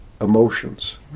emotions